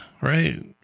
right